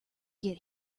get